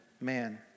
man